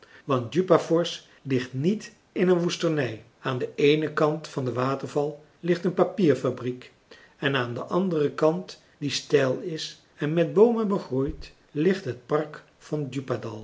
want djupafors ligt niet in een woestenij aan den eenen kant van den waterval ligt een papierfabriek en aan den anderen kant die steil is en met boomen begroeid ligt het park van